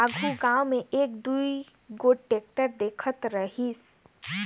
आघु गाँव मे एक दुई गोट टेक्टर दिखत रहिस